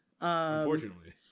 Unfortunately